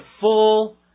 full